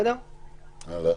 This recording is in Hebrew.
הלאה.